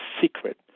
secret